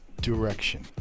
Direction